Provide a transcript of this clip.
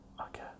Okay